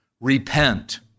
Repent